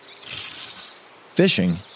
Fishing